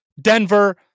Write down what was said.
Denver